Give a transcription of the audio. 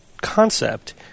concept